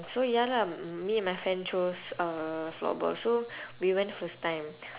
so ya lah mm me and my friend chose uh floorball so we went first time